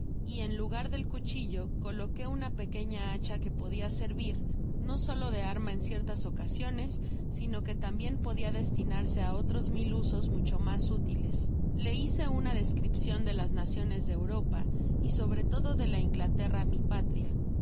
y en lugar del cuchillo coloqué una pequeña hacha que podia servir no solo de arma en ciertas ocasiones sino que tambien podia destinarse á otros mil usos mucho mas útiles le hice una descripcion de las naciones de europa y sobre todo de la inglaterra mi patria